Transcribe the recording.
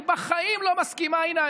היא בחיים לא מסכימה להן.